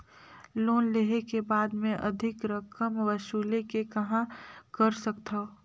Loan लेहे के बाद मे अधिक रकम वसूले के कहां कर सकथव?